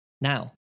Now